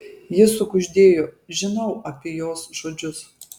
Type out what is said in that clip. ji sukuždėjo žinau apie jos žodžius